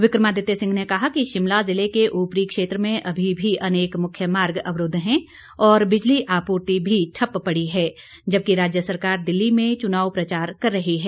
विक्रमादित्य सिंह ने कहा कि शिमला ज़िले के ऊपरी क्षेत्र में अमी भी अनेक मुख्य मार्ग अवरूद्व हैं और बिजली आपूर्ति भी ठप्प पड़ी है जबकि राज्य सरकार दिल्ली में चुनाव प्रचार कर रही है